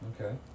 Okay